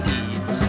eat